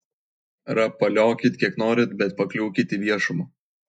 rapaliokit kiek norit bet pakliūkit į viešumą